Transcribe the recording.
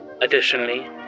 Additionally